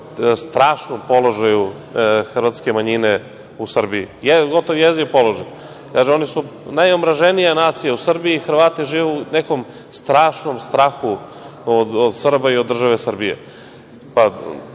strašnom položaju hrvatske manjine u Srbiji, gotovo jeziv položaj. Kaže da su oni najomraženija nacija u Srbiji i da Hrvati žive u nekom strašnom strahu od Srba i od države Srbije. Ja